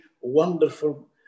wonderful